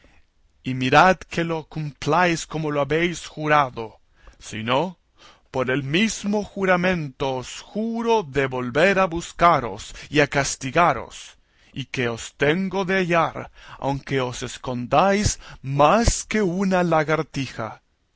y mirad que lo cumpláis como lo habéis jurado si no por el mismo juramento os juro de volver a buscaros y a castigaros y que os tengo de hallar aunque os escondáis más que una lagartija